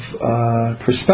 perspective